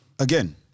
Again